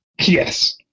Yes